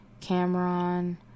Cameron